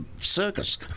circus